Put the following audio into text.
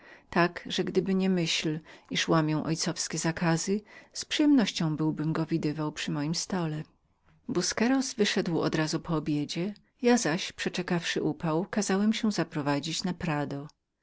tak że gdyby nie myśl przełamania ojcowskich rozkazów z przyjemnością byłbym go widywał przy moim stole busqueros po obiedzie natychmiast wyszedł ja zaś przeczekawszy upał kazałem się zaprowadzić do prado